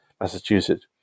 Massachusetts